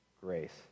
Grace